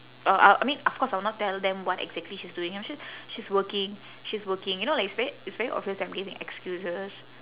oh uh I mean of course I will not tell them what exactly she's doing I'm sure she's working she's working you know like it's very it's very obvious that I'm giving excuses